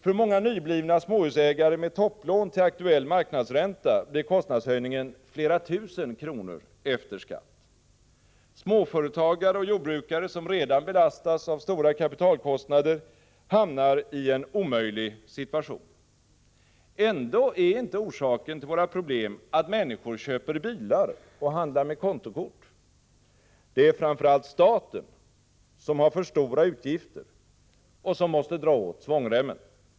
För många nyblivna småhusägare med topplån till aktuell marknadsränta blir kostnadshöjningen flera tusen kronor efter skatt. Småföretagare och jordbrukare, som redan belastas av stora kapitalkostnader, hamnar i en omöjlig situation. Ändå är inte orsaken till våra problem att människor köper bilar och handlar med kontokort. Det är framför allt staten som har för stora utgifter och som måste dra åt svångremmen.